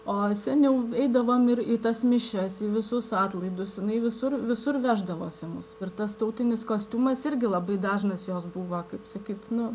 o seniau eidavom ir į tas mišias į visus atlaidus jinai visur visur veždavosi mus ir tas tautinis kostiumas irgi labai dažnas jos buvo kaip sakyt nu